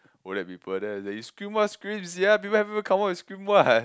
will there be burden then I say you scream what scream sia people haven't even come out you scream what